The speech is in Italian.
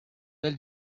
del